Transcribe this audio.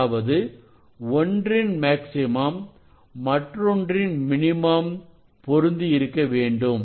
அதாவது ஒன்றின் மேக்ஸிமம் மற்றொன்றின் மினிமம் பொருந்தியிருக்க வேண்டும்